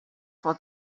for